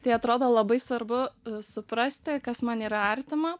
tai atrodo labai svarbu suprasti kas man yra artima